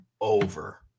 over